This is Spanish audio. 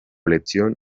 elección